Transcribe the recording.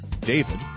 David